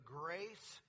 grace